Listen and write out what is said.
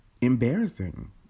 embarrassing